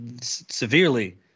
severely